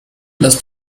las